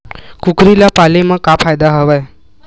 कुकरी ल पाले म का फ़ायदा हवय?